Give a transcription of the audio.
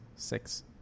Six